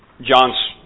John's